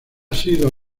sido